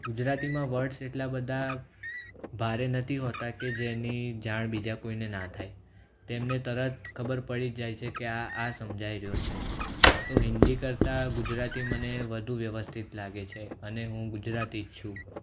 ગુજરાતીમાં વર્ડસ એટલા બધા ભારે નથી હોતા કે જેની જાણ બીજા કોઈને ના થાય તેમને તરત ખબર પડી જાય છે કે આ આ સમજાઈ રહ્યું છે તો હિન્દી કરતા ગુજરાતી મને વધુ વ્યવસ્થિત લાગે છે અને હું ગુજરાતી જ છું